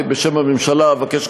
בשם הממשלה אבקש,